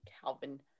Calvin